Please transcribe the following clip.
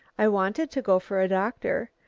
i wanted to go for a doctor,